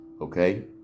okay